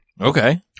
Okay